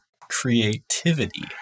creativity